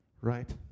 right